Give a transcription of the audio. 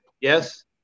Yes